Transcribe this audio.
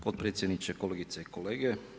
Potpredsjedniče, kolegice i kolege.